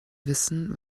wissen